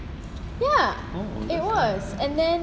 ya it was and then